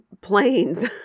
planes